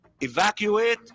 evacuate